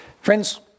Friends